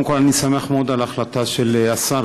קודם כול אני שמח מאוד על ההחלטה של השר,